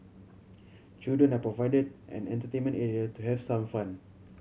children are provided an entertainment area to have some fun